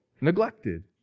neglected